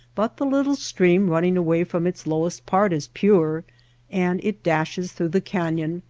but the little stream running away from its lowest part is pure and it dashes through the canyon,